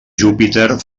júpiter